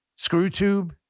ScrewTube